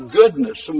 goodness